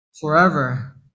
forever